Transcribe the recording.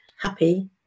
happy